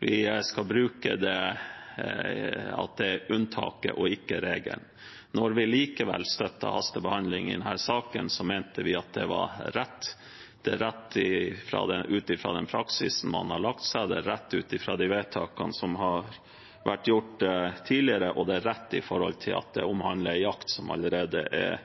Det skal være unntaket og ikke regelen. Når vi likevel støttet hastebehandling i denne saken, mente vi det var rett. Det er rett ut fra den praksisen man har lagt seg på, det er rett ut fra de vedtakene som har vært gjort tidligere, og det er rett med hensyn til at det omhandler jakt som allerede er